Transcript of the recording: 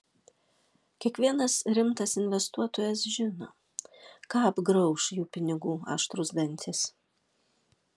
kiekvienas rimtas investuotojas žino ką apgrauš jų pinigų aštrūs dantys